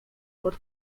pod